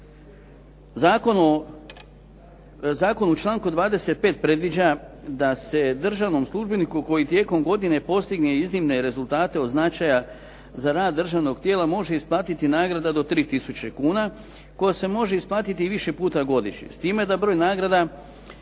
Zakonu u članku 25. predviđa da se državnom službeniku koji tijekom godine postigne iznimne rezultate od značaja za rad državnog tijela može isplatiti nagrada do 3000 kuna koja se može isplatiti i više puta godišnje,